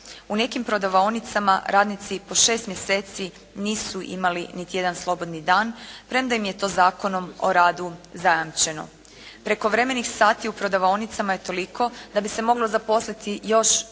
U nekim prodavaonicama radnici i po 6 mjeseci nisu imali niti jedan slobodni dan, premda im je to Zakonom o radu zajamčeno. Prekovremenih sati u prodavaonicama je toliko da bi se moglo zaposliti još